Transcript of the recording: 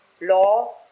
Law